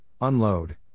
unload